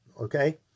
Okay